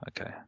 Okay